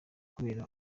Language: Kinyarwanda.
kubera